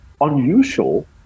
unusual